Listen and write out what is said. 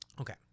Okay